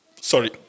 Sorry